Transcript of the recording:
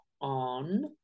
on